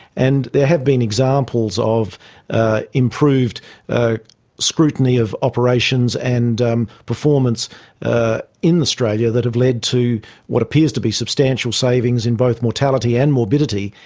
and there have been examples of ah improved scrutiny of operations and um performance ah in australia that have led to what appears to be substantial savings in both mortality and morbidity.